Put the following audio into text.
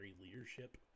leadership